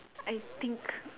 I think